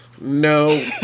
No